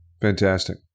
Fantastic